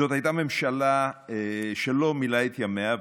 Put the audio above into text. זאת הייתה ממשלה שלא מילאה את ימיה,